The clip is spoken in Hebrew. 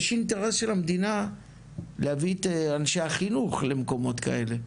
יש אינטרס של המדינה להביא את אנשי החינוך למקומות כאלה.